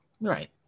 right